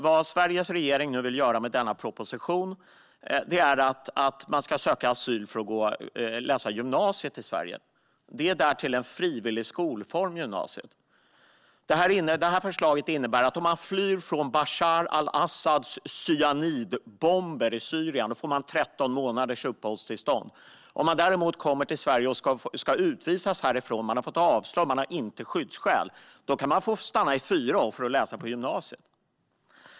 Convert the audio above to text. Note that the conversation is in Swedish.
Vad Sveriges regering vill med denna proposition är att man ska söka asyl för att läsa på gymnasiet i Sverige - gymnasiet som därtill är en frivillig skolform. Detta förslag innebär att den som flyr från Bashar al-Asads cyanidbomber i Syrien får 13 månaders uppehållstillstånd. Den som däremot har kommit till Sverige men fått avslag och ska utvisas härifrån, eftersom personen inte har skyddsskäl, kan få stanna i fyra år för att läsa på gymnasiet.